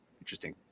interesting